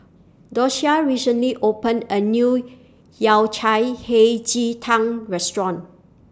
Doshia recently opened A New Yao Cai Hei Ji Tang Restaurant